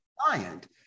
client